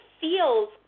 feels